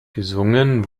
gesungen